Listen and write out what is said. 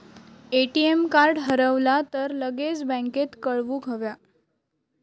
ATM card हरवला तर लगेच बँकेत कळवुक हव्या